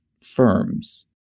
firms